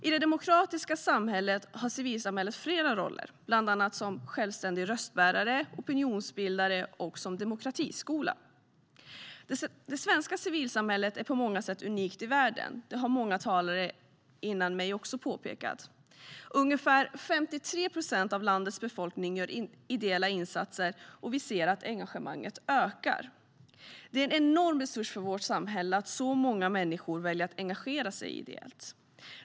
I det demokratiska samhället har civilsamhället flera roller, bland annat som självständiga röstbärare, som opinionsbildare och som demokratiskola. Det svenska civilsamhället är på många sätt unikt i världen, som många talare före mig också har påpekat. Ungefär 53 procent av landets befolkning gör ideella insatser, och vi ser att engagemanget ökar. Det är en enorm resurs för vårt samhälle att så många människor väljer att engagera sig ideellt.